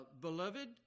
Beloved